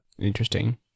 Interesting